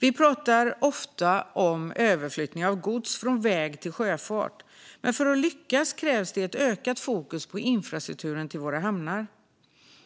Vi pratar ofta om överflyttning av gods från väg till sjöfart, men för att lyckas med det krävs ett ökat fokus på infrastrukturen till våra hamnar.